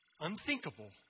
unthinkable